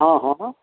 हँ हँ हँ